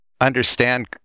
understand